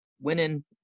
winning